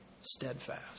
steadfast